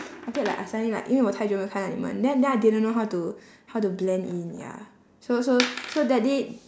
after that like I suddenly like 因为我太久没有看到你们 then then I didn't know how to how to blend in ya so so so that day